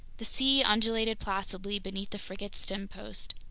the sea undulated placidly beneath the frigate's stempost.